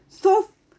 so